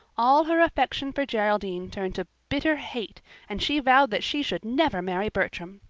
all her affection for geraldine turned to bitter hate and she vowed that she should never marry bertram.